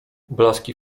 blaski